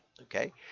Okay